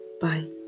bye